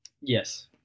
Yes